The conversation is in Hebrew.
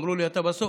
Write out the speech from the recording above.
אמרו לי: אתה בסוף,